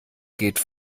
geht